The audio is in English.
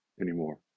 anymore